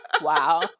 wow